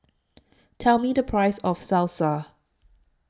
Tell Me The Price of Salsa